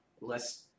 less